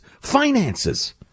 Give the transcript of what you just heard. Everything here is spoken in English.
finances